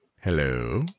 hello